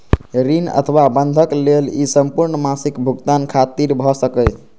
ऋण अथवा बंधक लेल ई संपूर्ण मासिक भुगतान खातिर भए सकैए